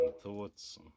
thoughts